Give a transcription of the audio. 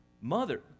mother